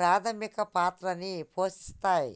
ప్రాథమిక పాత్రని పోషిత్తాయ్